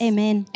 Amen